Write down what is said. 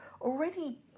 already